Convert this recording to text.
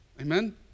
amen